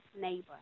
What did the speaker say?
neighbor